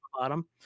bottom